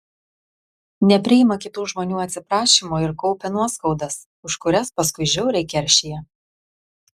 nepriima kitų žmonių atsiprašymo ir kaupia nuoskaudas už kurias paskui žiauriai keršija